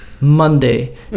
Monday